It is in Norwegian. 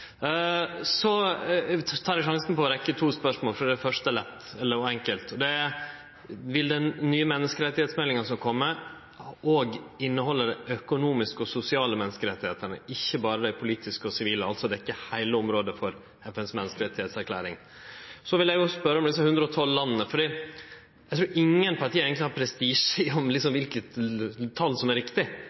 Eg tek sjansen på å rekke to spørsmål, for det første er enkelt: Vil den nye menneskerettsmeldinga som kjem, òg innehalde dei økonomiske og sosiale menneskerettane – ikkje berre dei politiske og sivile, altså dekkje heile området for FNs menneskerettserklæring? Eg vil òg spørje om dei 112 landa: Eg trur ingen parti eigentleg har prestisje i kva for eit tal som er